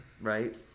right